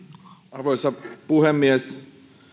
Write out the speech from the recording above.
arvoisa puhemies